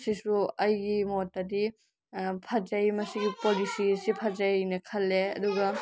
ꯁꯤꯁꯨ ꯑꯩꯒꯤ ꯃꯣꯠꯇꯗꯤ ꯐꯖꯩ ꯃꯁꯤꯒꯤ ꯄꯣꯂꯤꯁꯤꯁꯦ ꯐꯖꯩꯑꯅ ꯈꯜꯂꯦ ꯑꯗꯨꯒ